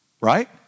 right